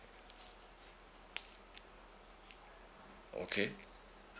okay